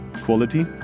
quality